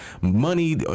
money